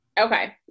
Okay